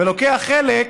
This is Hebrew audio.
ולוקח חלק,